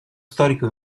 storico